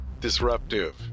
disruptive